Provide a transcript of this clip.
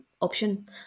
option